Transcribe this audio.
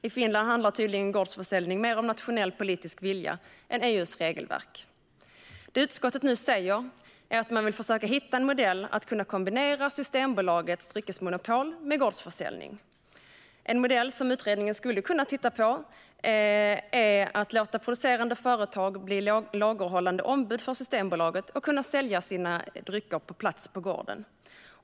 I Finland handlar tydligen gårdsförsäljning mer om nationell politisk vilja än om EU:s regelverk. Det som utskottet nu säger är att man vill försöka hitta en modell att kunna kombinera Systembolagets dryckesmonopol med gårdsförsäljning. En modell som utredningar skulle kunna titta på är att låta producerande företag bli lagerhållande ombud för Systembolaget och sälja sina drycker på plats på gården.